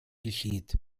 geschieht